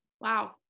Wow